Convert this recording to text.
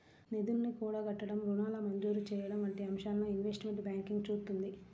నిధుల్ని కూడగట్టడం, రుణాల మంజూరు చెయ్యడం వంటి అంశాలను ఇన్వెస్ట్మెంట్ బ్యాంకింగ్ చూత్తుంది